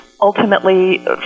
ultimately